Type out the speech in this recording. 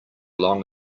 long